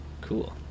Cool